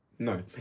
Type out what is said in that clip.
No